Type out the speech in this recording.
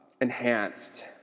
enhanced